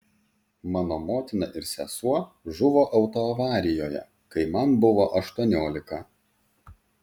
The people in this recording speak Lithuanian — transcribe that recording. mano motina ir sesuo žuvo autoavarijoje kai man buvo aštuoniolika